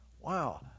wow